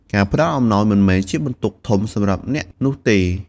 ការផ្ដល់អំណោយមិនមែនជាបន្ទុកធំសម្រាប់អ្នកនោះទេ។